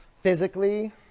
physically